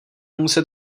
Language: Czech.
muset